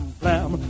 flam